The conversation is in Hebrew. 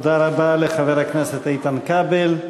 תודה רבה לחבר הכנסת איתן כבל.